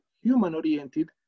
human-oriented